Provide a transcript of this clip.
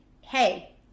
hey